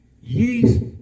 Yeast